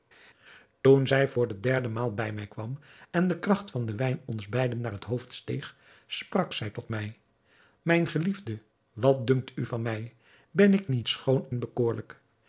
toen zij voor de derde maal bij mij kwam en de kracht van den wijn ons beiden naar het hoofd steeg sprak zij tot mij mijn geliefde wat dunkt u van mij ben ik niet schoon en bekoorlijk